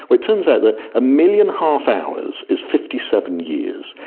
it turns out that a million half-hours is fifty seven years,